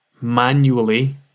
Manually